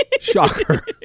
Shocker